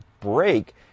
break